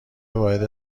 وارد